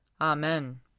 Amen